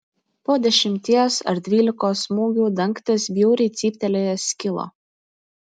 po dešimties ar dvylikos smūgių dangtis bjauriai cyptelėjęs skilo